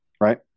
right